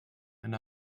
and